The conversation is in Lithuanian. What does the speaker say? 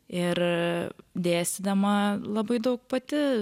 ir dėstydama labai daug pati